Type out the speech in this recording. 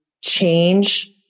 change